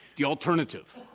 the alternative.